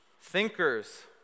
thinkers